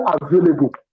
available